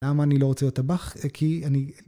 למה אני לא רוצה להיות טבח? כי אני...